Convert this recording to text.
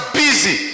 busy